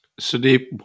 Sudeep